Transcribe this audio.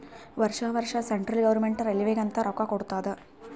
ವರ್ಷಾ ವರ್ಷಾ central government ರೈಲ್ವೇಗ ಅಂತ್ ರೊಕ್ಕಾ ಕೊಡ್ತಾದ್